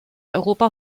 europa